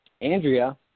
Andrea